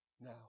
now